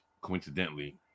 coincidentally